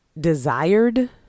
desired